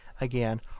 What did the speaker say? again